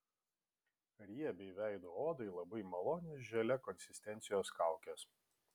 riebiai veido odai labai malonios želė konsistencijos kaukės